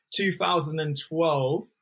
2012